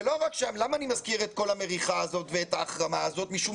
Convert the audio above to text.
אני מזכיר את כל המריחה הזאת ואת ההחרמה הזאת משום